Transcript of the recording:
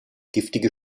giftige